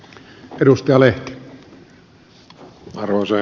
arvoisa herra puhemies